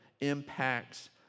impacts